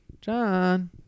John